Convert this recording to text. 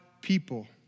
people